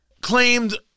claimed